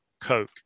Coke